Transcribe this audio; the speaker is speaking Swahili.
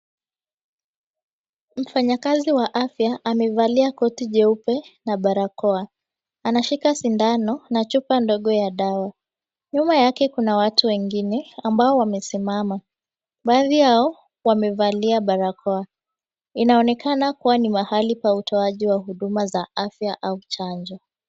Mfanyikazi wa afya amevalia koti jeupe na barakoa, anashika sindano na chupa ndogo ya dawa. Nyuma yake kuna watu wengine ambao wamesimama, baadhi yao wamevalia barakoa. Inaonekana kuwa ni mahali pa utoaji wa huduma za afya au chanjo.